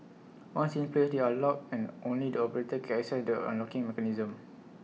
once in place they are locked and only the operator can access the unlocking mechanism